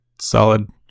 solid